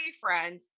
friends